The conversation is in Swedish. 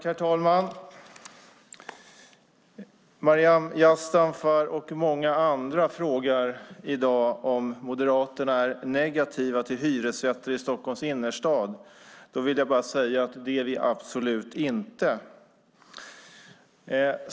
Herr talman! Maryam Yazdanfar och många andra frågar i dag om Moderaterna är negativa till hyresrätter i Stockholms innerstad. Då vill jag bara säga att vi absolut inte är det.